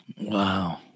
Wow